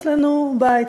יש לנו בית,